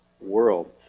world